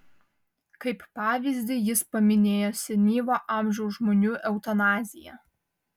kaip pavyzdį jis paminėjo senyvo amžiaus žmonių eutanaziją